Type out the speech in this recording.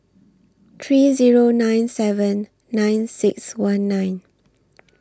three Zero nine seven nine six one nine